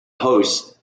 hosts